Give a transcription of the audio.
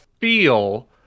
feel